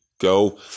go